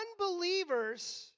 unbelievers